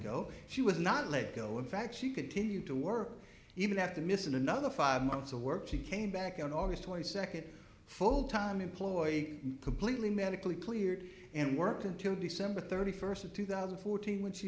lego she was not let go in fact she continued to work even have to miss another five months of work he came back on august twenty second full time employee completely medically cleared and worked until december thirty first of two thousand fourteen when she